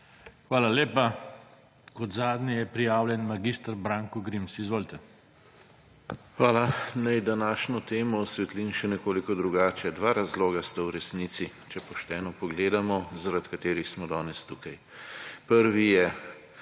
Hvala lepa. Kot zadnji je prijavljen mag. Branko Grims. Izvolite. MAG. BRANKO GRIMS (PS SDS): Hvala. Naj današnjo temo osvetlim še nekoliko drugače. Dva razloga sta v resnici, če pošteno pogledamo, zaradi katerih smo danes tukaj. Prvi je